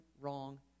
wrong